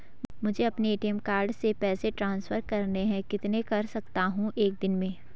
मुझे अपने ATM card से पैसे ट्रांसफर करने हैं कितने कर सकता हूँ एक दिन में?